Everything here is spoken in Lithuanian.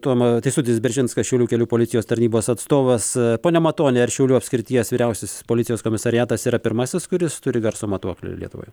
toma teisutis beržinskas šiaulių kelių policijos tarnybos atstovas pone matoni ar šiaulių apskrities vyriausiasis policijos komisariatas yra pirmasis kuris turi garso matuoklių lietuvoje